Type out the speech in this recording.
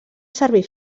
servir